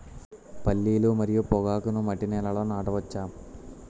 పల్లీలు మరియు పొగాకును మట్టి నేలల్లో నాట వచ్చా?